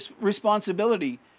responsibility